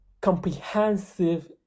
comprehensive